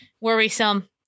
worrisome